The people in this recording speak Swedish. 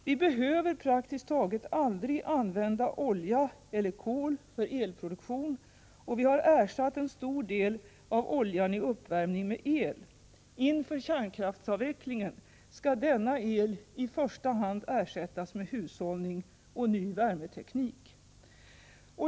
Vi behöver praktiskt taget aldrig använda olja eller kol för elproduktion, och vi har ersatt en stor del av oljan i uppvärmningen med el. Inför kärnkraftsavvecklingen skall denna el i första hand ersättas med hushållning och ny värmeteknik.